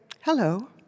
hello